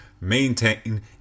Maintain